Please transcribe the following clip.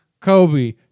Kobe